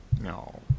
No